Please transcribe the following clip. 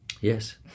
Yes